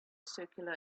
circular